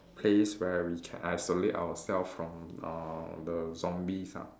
place where we can isolate ourselves from uh the zombies ah